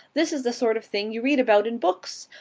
this is the sort of thing you read about in books.